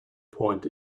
point